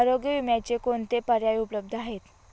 आरोग्य विम्याचे कोणते पर्याय उपलब्ध आहेत?